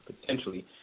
potentially